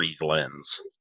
lens